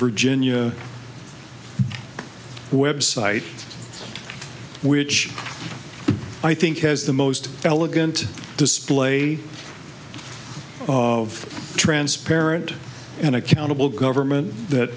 virginia website which i think has the most elegant display of transparent and accountable government that